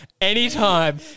Anytime